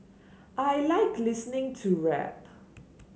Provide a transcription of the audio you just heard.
I like listening to rap